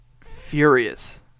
furious